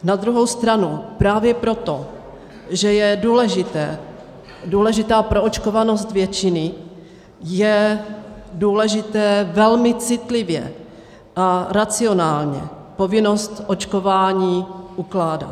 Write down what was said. Na druhou stranu právě proto, že je důležitá proočkovanost většiny, je důležité velmi citlivě a racionálně povinnost očkování ukládat.